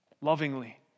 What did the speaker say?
lovingly